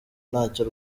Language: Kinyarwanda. ntacyo